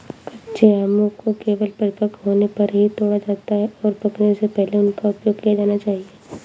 कच्चे आमों को केवल परिपक्व होने पर ही तोड़ा जाता है, और पकने से पहले उनका उपयोग किया जाना चाहिए